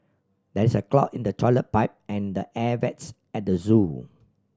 there is a clog in the toilet pipe and the air vents at the zoo